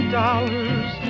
dollars